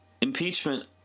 Impeachment